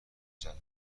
جدول